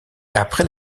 après